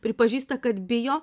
pripažįsta kad bijo